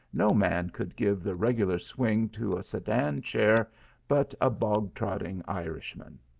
no man could give the regular swing to a sedan chair but a bog-trotting irishman.